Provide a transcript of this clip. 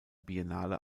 biennale